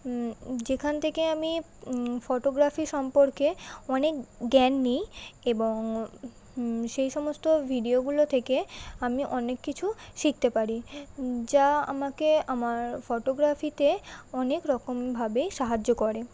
যেখান থেকে আমি ফটোগ্রাফি সম্পর্কে অনেক জ্ঞান নিই এবং সেই সমস্ত ভিডিওগুলো থেকে আমি অনেক কিছু শিখতে পারি যা আমাকে আমার ফটোগ্রাফিতে অনেক রকমভাবেই সাহায্য করে